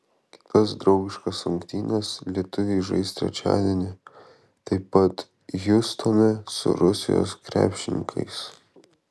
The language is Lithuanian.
kitas draugiškas rungtynes lietuviai žais trečiadienį taip pat hjustone su rusijos krepšininkais